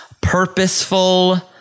purposeful